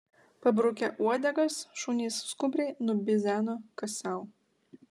pabrukę uodegas šunys skubriai nubidzeno kas sau